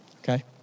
okay